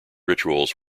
rituals